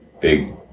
big